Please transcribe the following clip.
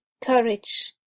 courage